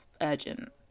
urgent